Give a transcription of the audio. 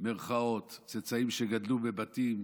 צאצאים שגדלו בבתים,